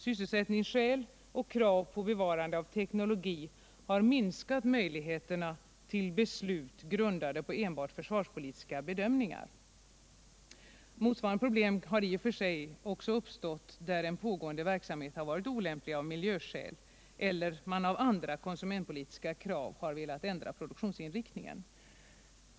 Sysselsättningsskäl och krav på bevarande av teknologi har minskat möjligheterna till beslut, grundade på enbart försvarspolitiska bedömningar. Motsvarande problem har i och för sig också uppstått när en pågående verksamhet har varit olämplig av miljöskäl eller man på grund av andra konsumentpolitiska krav har velat ändra produktionsinriktningen.